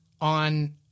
on